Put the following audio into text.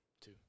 Two